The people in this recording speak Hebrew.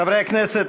חברי הכנסת,